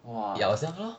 !wah!